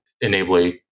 enabling